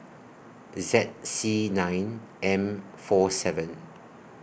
Z C nine M four seven